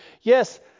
Yes